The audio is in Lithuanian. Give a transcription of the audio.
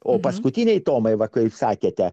o paskutinėje tomai va kaip sakėte